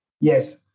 yes